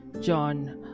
John